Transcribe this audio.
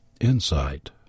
Insight